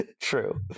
True